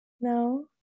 No